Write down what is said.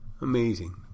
Amazing